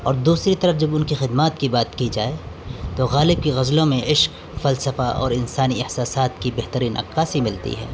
اور دوسری طرف جب ان کی خدمات کی بات کی جائے تو غالب کی غزلوں میں عشق فلسفہ اور انسانی احساسات کی بہترین عکاسی ملتی ہے